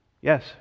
Yes